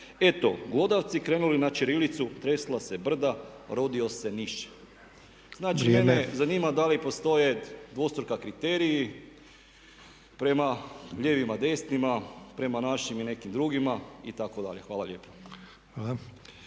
Eto glodavci krenuli na ćirilicu, tresla se brda, rodio se miš!“ Znači mene zanima da li postoje dvostruki kriteriji, prema lijevima, desnima, prema našim i nekim drugima itd. Hvala lijepo.